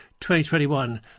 2021